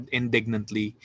indignantly